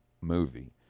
movie